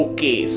Okay